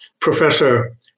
Professor